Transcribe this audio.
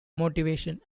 motivation